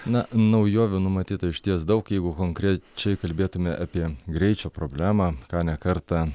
na naujovių numatyta išties daug jeigu konkrečiai kalbėtume apie greičio problemą ką ne kartą